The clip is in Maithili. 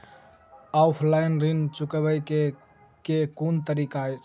ऑफलाइन ऋण चुकाबै केँ केँ कुन तरीका अछि?